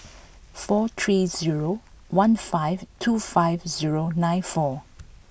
four three zero one five two five zero nine four